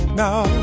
now